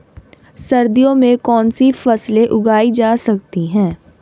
सर्दियों में कौनसी फसलें उगाई जा सकती हैं?